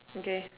okay